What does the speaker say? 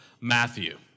Matthew